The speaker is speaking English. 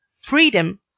freedom